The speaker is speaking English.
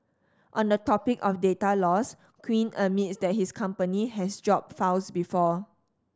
on the topic of data loss Quinn admits that his company has dropped files before